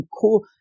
cool